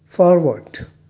forward